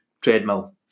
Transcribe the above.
treadmill